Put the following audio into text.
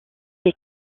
les